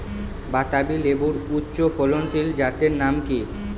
বাতাবি লেবুর উচ্চ ফলনশীল জাতের নাম কি?